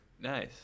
Nice